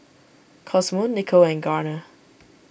Cosmo Nico and Garner